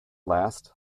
last